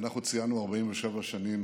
אנחנו ציינו 47 שנים